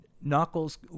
Knuckles